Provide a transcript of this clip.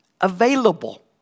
available